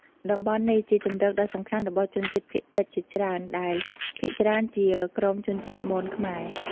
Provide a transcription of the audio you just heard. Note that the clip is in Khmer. តំបន់នេះជាជម្រកដ៏សំខាន់របស់ជនជាតិភាគតិចជាច្រើន ដែលភាគច្រើនជាក្រុមជនជាតិមន-ខ្មែរ។